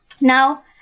now